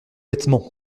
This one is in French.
vêtements